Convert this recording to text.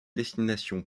destination